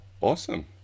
Awesome